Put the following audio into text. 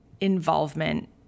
involvement